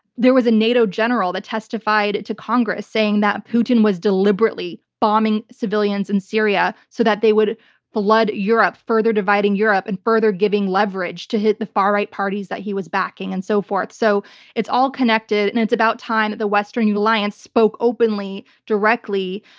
there was a nato general that testified to congress saying that putin was deliberately bombing civilians in syria so that they would flood europe, further dividing europe and further giving leverage to hit the far-right parties that he was backing and so forth. so it's all connected and it's about time the western yeah alliance spoke openly, directly,